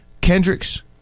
Kendricks